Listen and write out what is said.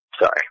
sorry